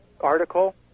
article